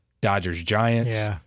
Dodgers-Giants